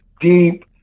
deep